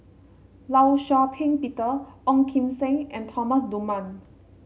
Law Shau Ping Peter Ong Kim Seng and Thomas Dunman